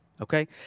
Okay